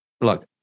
look